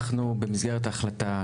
במסגרת ההחלטה.